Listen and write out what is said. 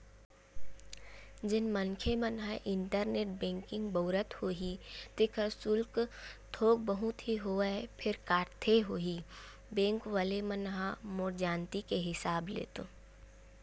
जेन मनखे मन ह इंटरनेट बेंकिग बउरत होही तेखर सुल्क थोक बहुत ही होवय फेर काटथे होही बेंक वले मन ह मोर जानती के हिसाब ले तो